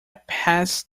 passed